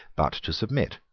but to submit,